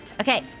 Okay